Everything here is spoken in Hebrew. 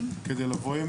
כדי לבוא עם